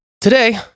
today